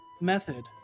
method